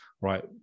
Right